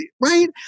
right